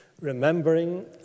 remembering